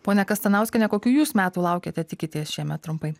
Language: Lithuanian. ponia kastanauskiene kokių jūs metų laukiate tikitės šiemet trumpai